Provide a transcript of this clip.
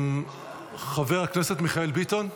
חבר הכנסת מיכאל ביטון,